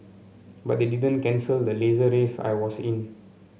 but they didn't cancel the Laser race I was in